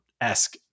esque